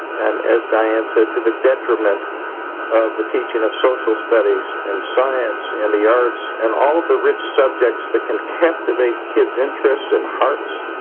and as diane said, to the detriment to the teaching of social studies and science and the arts and all of the rich subjects that can captivate kids' interests and hearts,